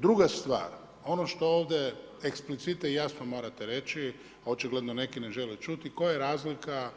Druga stvar, ono što ovdje eksplicite i jasno morate reći, očigledno neki ne žele čuti, koja je razlika